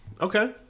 Okay